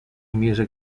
music